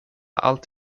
allt